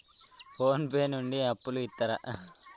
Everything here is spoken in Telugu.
ఫోన్ పే నుండి అప్పు ఇత్తరా?